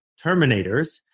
terminators